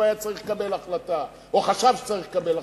היה צריך לקבל החלטה או חשב שצריך לקבל החלטה.